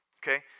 Okay